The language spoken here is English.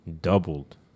Doubled